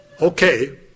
Okay